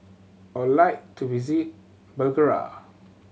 I would like to visit Bulgaria